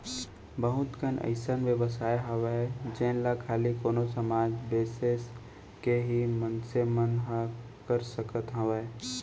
बहुत कन अइसन बेवसाय हावय जेन ला खाली कोनो समाज बिसेस के ही मनसे मन ह कर सकत हावय